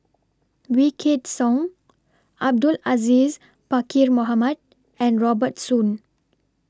Wykidd Song Abdul Aziz Pakkeer Mohamed and Robert Soon